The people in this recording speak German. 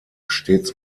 stets